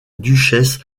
duchesse